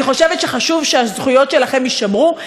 אני חושבת שחשוב שהזכויות שלכם יישמרו,